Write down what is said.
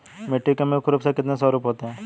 मिट्टी के मुख्य रूप से कितने स्वरूप होते हैं?